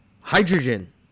hydrogen